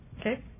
Okay